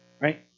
Right